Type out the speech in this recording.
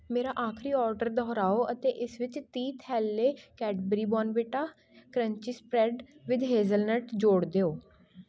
ਮੇਰਾ ਆਖਰੀ ਔਡਰ ਦੁਹਰਾਓ ਅਤੇ ਇਸ ਵਿੱਚ ਤੀਹ ਥੈਲੈ Cadbury Bournvita crunchy spread with hazelnut ਜੋੜ ਦਿਓ